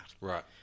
right